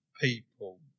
people